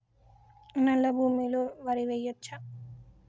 నల్లా భూమి లో వరి వేయచ్చా?